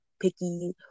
picky